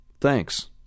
Thanks